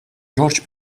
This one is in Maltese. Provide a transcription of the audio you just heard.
george